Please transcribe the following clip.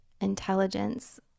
intelligence